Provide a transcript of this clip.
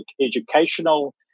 educational